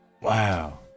wow